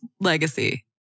legacy